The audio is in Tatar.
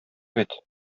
бит